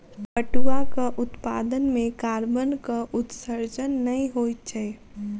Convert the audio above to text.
पटुआक उत्पादन मे कार्बनक उत्सर्जन नै होइत छै